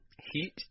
heat